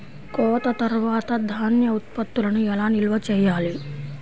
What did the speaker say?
కోత తర్వాత ధాన్య ఉత్పత్తులను ఎలా నిల్వ చేయాలి?